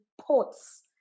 ports